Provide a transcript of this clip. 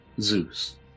Zeus